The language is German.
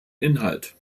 inhalt